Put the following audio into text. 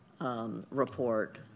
report